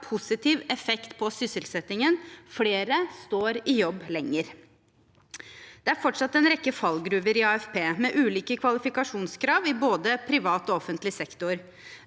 positiv effekt på sysselsettingen. Flere står i jobb lenger. Det er fortsatt en rekke fallgruver i AFP, med ulike kvalifikasjonskrav i både privat og offentlig sektor.